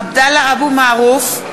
(קוראת בשמות חברי הכנסת) עבדאללה אבו מערוף,